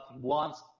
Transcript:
wants